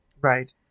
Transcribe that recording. Right